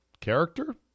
character